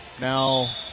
Now